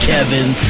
Kevin